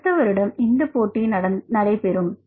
அடுத்த வருடம் இந்த போட்டி நடைபெறும்